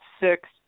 six